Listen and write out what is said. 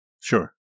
Sure